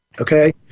Okay